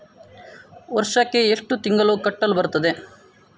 ವರ್ಷಕ್ಕೆ ಎಷ್ಟು ತಿಂಗಳು ಕಟ್ಟಲು ಬರುತ್ತದೆ?